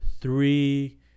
three